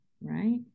right